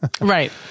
Right